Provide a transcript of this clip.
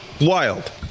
Wild